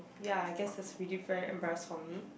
ya I guess that is really very embarrassed for me